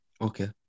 Okay